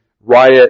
riot